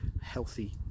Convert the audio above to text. healthy